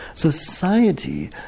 Society